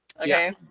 Okay